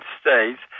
States